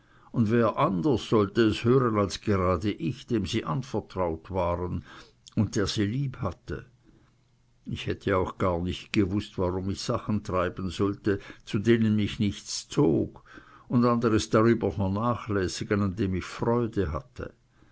und wer anders sollte es hören als gerade ich dem sie anvertraut waren und der sie lieb hatte ich hätte auch gar nicht gewußt warum ich sachen treiben sollte zu denen mich nichts zog und anderes darüber vernachlässigen an dem ich freude hatte